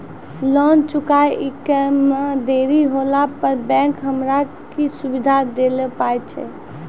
Loan चुकब इ मे देरी होला पर बैंक हमरा की सुविधा दिये पारे छै?